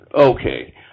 Okay